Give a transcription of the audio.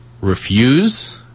refuse